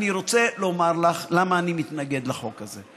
אני רוצה לומר לך למה אני מתנגד לחוק הזה,